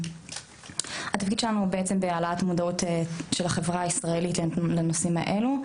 התפקיד שלנו בעצם בהעלאת מודעות של החברה הישראלית לנושאים האלה,